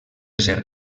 ser